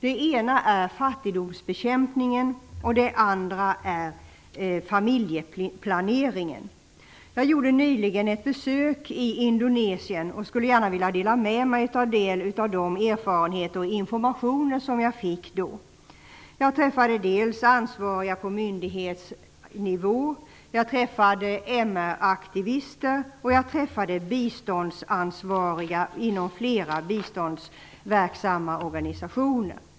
Den ena är fattigdomsbekämpningen, och den andra är familjeplaneringen. Jag gjorde nyligen ett besök i Indonesien och skulle gärna vilja dela med mig av mina erfarenheter därifrån och av den information som jag fick. Jag träffade dels ansvariga på myndighetsnivå, dels MR-aktivister och dels biståndsansvariga inom flera biståndsverksamma organisationer.